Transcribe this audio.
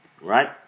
Right